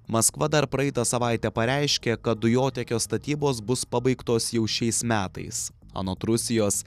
maskva dar praeitą savaitę pareiškė kad dujotiekio statybos bus pabaigtos jau šiais metais anot rusijos